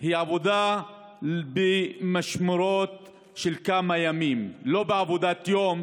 היא עבודה במשמרות של כמה ימים ולא עבודת יום,